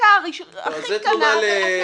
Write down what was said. בדיקה הכי קטנה.